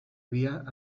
via